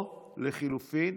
או לחלופין,